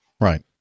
Right